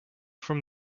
from